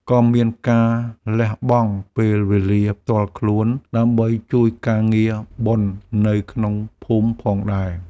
ក៏មានការលះបង់ពេលវេលាផ្ទាល់ខ្លួនដើម្បីជួយការងារបុណ្យនៅក្នុងភូមិផងដែរ។